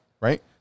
right